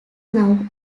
now